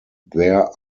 there